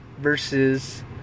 versus